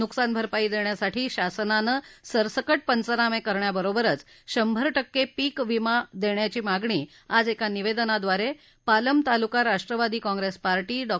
नुकसान भरपाई देण्यासाठी शासनानं सरसकट पंचनामे करण्याबरोबरच शंभर टक्के पीक विमा देण्याची मागणी आज एका निवेदनाब्रारे पालम तालुका राष्ट्रवादी काँप्रेस पार्टी डॉ